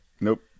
Nope